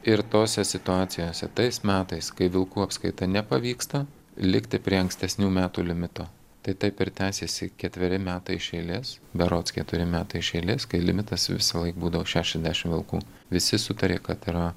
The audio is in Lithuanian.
ir tose situacijose tais metais kai vilkų apskaita nepavyksta likti prie ankstesnių metų limito tai taip ir tęsėsi ketveri metai iš eilės berods keturi metai iš eilės kai limitas visąlaik būdavo šešiasdešim vilkų visi sutarė kad yra